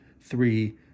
three